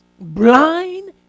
blind